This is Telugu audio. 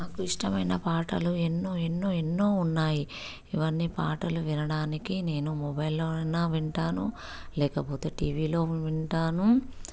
నాకు ఇష్టమైన పాటలు ఎన్నో ఎన్నో ఎన్నో ఉన్నాయి ఇవన్నీ పాటలు వినడానికి నేను మొబైల్లో అయినా వింటాను లేకపోతే టీ వీలో వింటాను